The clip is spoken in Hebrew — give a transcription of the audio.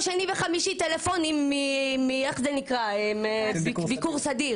כל שני וחמישי מקצין ביקור סדיר.